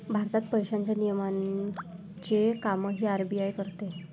भारतात पैशांच्या नियमनाचे कामही आर.बी.आय करते